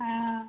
हाँ